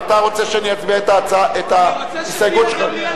אתה רוצה שאני אצביע על ההשגות שלך?